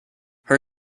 her